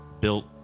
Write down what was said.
built